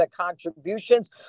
contributions